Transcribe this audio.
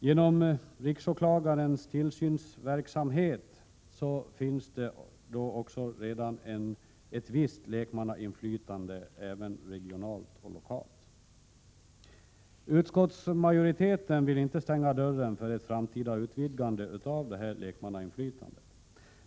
Genom riksåklagarens tillsynsverksamhet finns redan ett visst lekmannainflytande även regionalt och lokalt. Utskottsmajoriteten vill inte stänga dörren för ett framtida utvidgande av lekmannainflytandet.